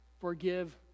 forgive